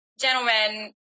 gentlemen